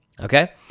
okay